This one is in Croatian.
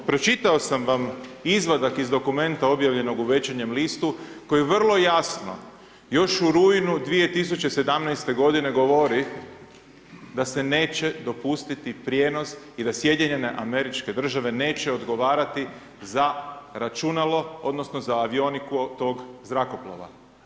Pročitao sam vam izvadak iz dokumenta objavljenog u Večernjem listu koji vrlo jasno još u rujnu 2017. godine govori da se neće dopustiti prijenos i da Sjedinjene Američke Države neće odgovarati za računalo odnosno za avioniku tog zrakoplova.